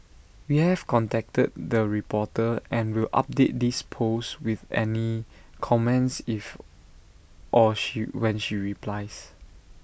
we have contacted the reporter and will update this post with any comments if or she when she replies